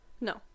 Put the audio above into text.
No